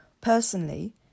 Personally